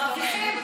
מרוויחים,